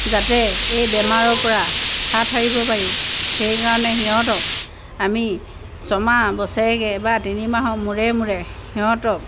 যাতে এই বেমাৰৰ পৰা হাত সাৰিব পাৰি সেইকাৰণে সিহঁতক আমি ছমাহ বছেৰেকে বা তিনিমাহৰ মূৰে মূৰে সিহঁতক